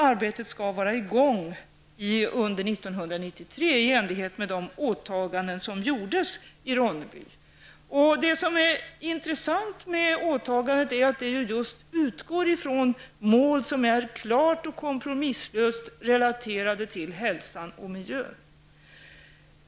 Arbetet skall vara i gång under 1993, i enlighet med de åtaganden som gjordes i Ronneby. Det som är intressant med åtagandet är att det just utgår från mål som är klart och kompromisslöst relaterade till hälsan och miljön.